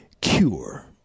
cure